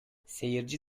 seyirci